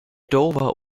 dover